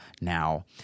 now